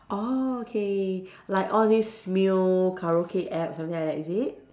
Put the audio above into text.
orh okay like all these new karaoke app something like that is it